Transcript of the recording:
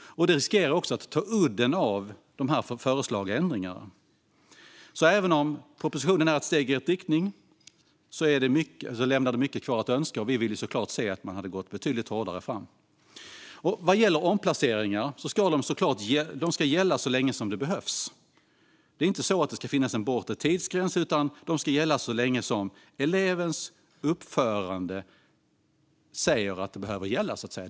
Det riskerar att ta udden av de föreslagna ändringarna. Även om propositionen är ett steg i rätt riktning finns mycket kvar att önska. Vi hade naturligtvis velat att man gått fram betydligt hårdare. En omplacering ska naturligtvis gälla så länge som den behövs. Det ska inte finnas någon bortre tidsgräns, utan den ska gälla så länge elevens uppförande visar att den behövs.